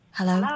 Hello